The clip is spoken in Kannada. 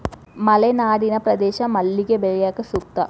ಮಲೆನಾಡಿನ ಪ್ರದೇಶ ಮಲ್ಲಿಗೆ ಬೆಳ್ಯಾಕ ಸೂಕ್ತ